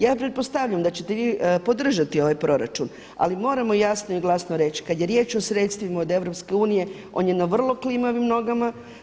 Ja pretpostavljam da ćete vi podržati ovaj proračun, ali moramo jasno i glasno reći kada je riječ o sredstvima od Europske unije, on je na vrlo klimavim nogama.